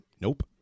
Nope